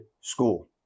school